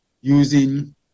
using